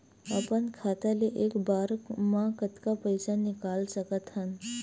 अपन खाता ले एक बार मा कतका पईसा निकाल सकत हन?